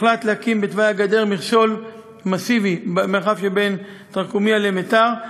הוחלט להקים בתוואי הגדר מכשול מסיבי במרחב שבין תרקומיא למיתר,